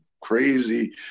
crazy